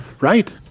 Right